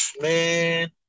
man